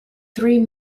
three